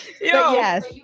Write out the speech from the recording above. Yes